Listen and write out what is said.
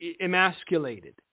emasculated